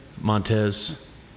Montez